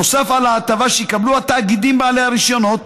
נוסף על ההטבה שיקבלו התאגידים בעלי הרישיונות,